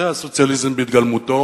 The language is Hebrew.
זה הסוציאליזם בהתגלמותו,